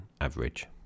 average